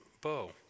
bow